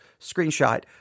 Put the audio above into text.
Screenshot